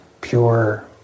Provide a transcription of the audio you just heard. pure